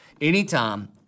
anytime